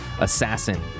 Assassin